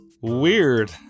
Weird